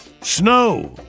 Snow